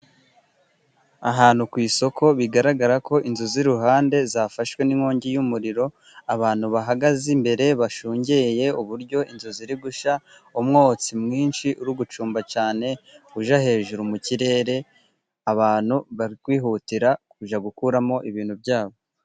Ahantu ku isoko bigaragarako inzu z'iruhande zafashwe n'inkongi y'umuriro, abantu bahagaze imbere bashungeye uburyo inzu ziri gushya, umwotsi mwinshi uri gucumba cyane ujya hejuru mu kirere , abantu bari kwihutira kujya gukuramo ibintu byabo.